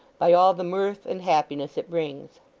by all the mirth and happiness it brings.